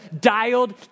dialed